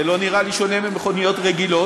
זה לא נראה לי שונה ממכוניות רגילות,